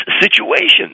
situations